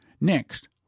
next